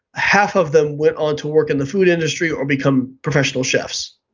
half of them went on to work in the food industry or become professional chefs.